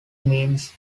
means